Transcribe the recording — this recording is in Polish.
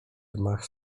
gmach